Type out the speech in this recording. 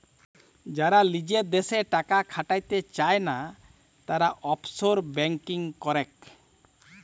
যারা লিজের দ্যাশে টাকা খাটাতে চায়না, তারা অফশোর ব্যাঙ্কিং করেক